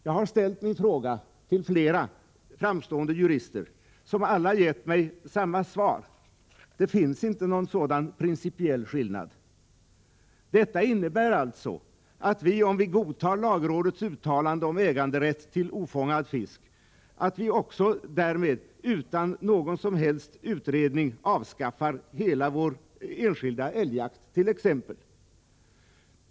Jag har ställt min fråga till flera framstående jurister, som alla gett samma svar: Det finns inte någon sådan principiell skillnad. Detta innebär alltså, att vi, om vi godtar lagrådets uttalande om äganderätt till ofångad fisk, också utan någon som helst utredning avskaffar hela vår enskilda älgjakt.